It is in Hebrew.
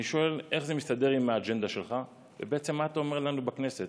אני שואל איך זה מסתדר עם האג'נדה שלך ובעצם מה אתה אומר לנו בכנסת: